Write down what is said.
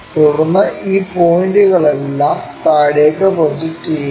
തുടർന്ന് ഈ പോയിന്റുകളെല്ലാം താഴേക്ക് പ്രൊജക്റ്റ് ചെയ്യുക